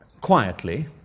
quietly